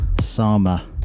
Sama